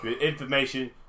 information